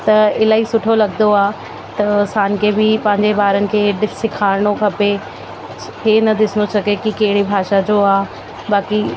त इलाही सुठो लगंदो आहे त असांखे बि पंहिंजे ॿारनि खे डि सेखारिणो खपे हे न ॾिसिणो छके के कहिड़ी भाषा जो आहे बाक़ी